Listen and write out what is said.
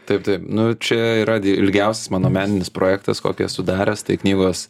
taip taip nu čia yra ilgiausias mano meninis projektas kokį esu daręs tai knygos